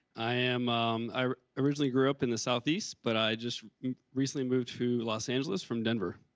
i um i originally grow up in the southeast but i just recently moved to los angeles from denver.